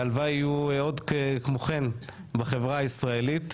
הלוואי ויהיו עוד כמוכם בחברה הישראלית.